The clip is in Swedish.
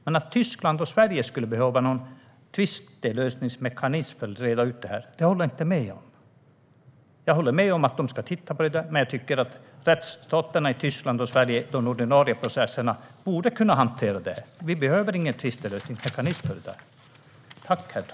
Men att Tyskland och Sverige skulle behöva någon tvistlösningsmekanism för att reda ut detta håller jag inte med om. Jag håller med om att man ska titta på detta. Men jag tycker att de ordinarie processerna i rättsstaterna Tyskland och Sverige borde kunna hantera det här. Vi behöver ingen tvistlösningsmekanism för det.